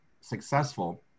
successful